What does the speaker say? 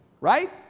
Right